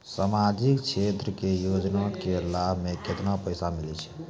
समाजिक क्षेत्र के योजना के लाभ मे केतना पैसा मिलै छै?